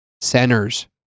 Centers